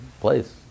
place